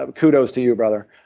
um kudos to you brother.